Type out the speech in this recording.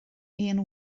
aon